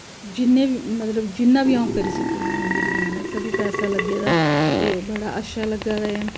जिन्ने बी मतलब जिन्ना बी अ'ऊं करी सकनी आं मेरी मैह्नत दा बी पैसा लग्गे दा ते बड़ा अच्छा लग्गा दा ऐ